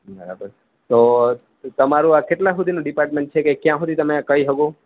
બરાબર તો તમારું આ કેટલા સુધીનું ડિપાર્ટમેંટ છે કે ક્યા સુધી તમે કઈ શકો